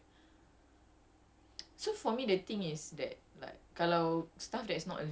then macam I felt so demoralized ah like it's so susah and like